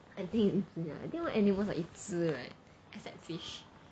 I think 一只 ya I think all animals are 一只 right except fish